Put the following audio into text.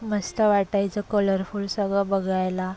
मस्त वाटायचं कलरफूल सगळं बघायला